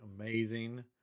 amazing